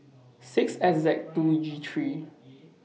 six S Z two G three